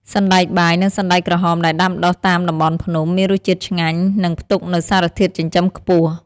សណ្តែកបាយ និងសណ្តែកក្រហមដែលដាំដុះតាមតំបន់ភ្នំ មានរសជាតិឆ្ងាញ់ និងផ្ទុកនូវសារធាតុចិញ្ចឹមខ្ពស់។